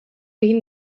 egin